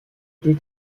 des